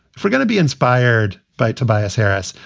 if we're gonna be inspired by tobias harris,